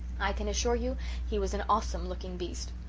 i can assure you he was an awesome looking beast.